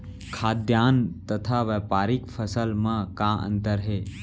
खाद्यान्न तथा व्यापारिक फसल मा का अंतर हे?